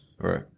Right